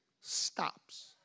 stops